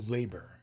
Labor